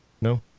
No